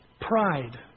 Pride